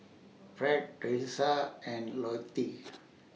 Ferd Teresa and Lottie